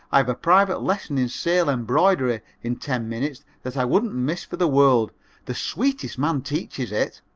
i have a private lesson in sale embroidery in ten minutes that i wouldn't miss for the world the sweetest man teaches it!